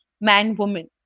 man-woman